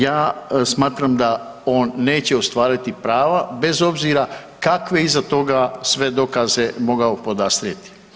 Ja smatram da on neće ostvariti prava bez obzira kakve iza toga sve dokaze mogao podastrijeti.